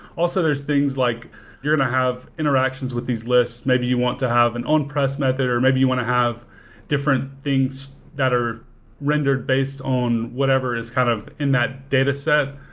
also, there's things like you're going to have interactions with these lists, maybe you want to have an on-press method or maybe you want to have different things that are rendered based on whatever is kind of in that dataset.